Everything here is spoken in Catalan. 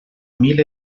mil